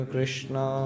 Krishna